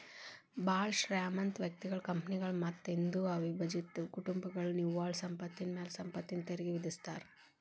ಭಾಳ್ ಶ್ರೇಮಂತ ವ್ಯಕ್ತಿಗಳ ಕಂಪನಿಗಳ ಮತ್ತ ಹಿಂದೂ ಅವಿಭಜಿತ ಕುಟುಂಬಗಳ ನಿವ್ವಳ ಸಂಪತ್ತಿನ ಮ್ಯಾಲೆ ಸಂಪತ್ತಿನ ತೆರಿಗಿ ವಿಧಿಸ್ತಾರಾ